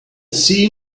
see